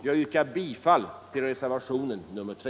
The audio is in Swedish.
Jag yrkar bifall till reservationen 3.